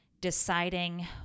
deciding